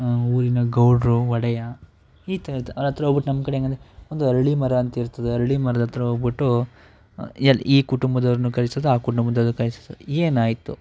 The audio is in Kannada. ಊರಿನ ಗೌಡರು ಒಡೆಯ ಈ ಥರದವ್ರು ಹತ್ತಿರ ಹೋಗ್ಬಿಟ್ಟು ನಮ್ಮ ಕಡೆಯಿಂದ ಒಂದು ಅರಳಿ ಮರ ಅಂತಿರ್ತದೆ ಅರಳಿ ಮರದ ಹತ್ರ ಹೋಗಿಬಿಟ್ಟು ಈ ಕುಟುಂಬದವರನ್ನು ಕರೆಸೋದು ಆ ಕುಟುಂಬದವರನ್ನು ಕರೆಸೋದು ಏನಾಯಿತು